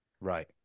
right